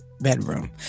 bedroom